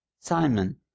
Simon